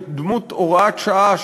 בדמות הוראת שעה,